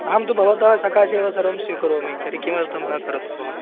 अहं तु भवतः सकाशे एव सर्वं स्वीकरोमि तर्हि किमर्थं न करोति भवान्